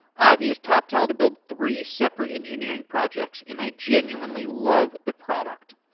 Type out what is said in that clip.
i've used toptal to build three separate engineering projects and i genuinely love the product.